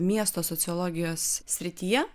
miesto sociologijos srityje